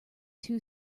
two